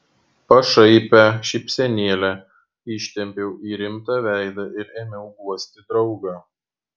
pašaipią šypsenėlę ištempiau į rimtą veidą ir ėmiau guosti draugą